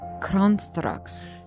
constructs